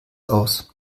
aus